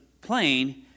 plane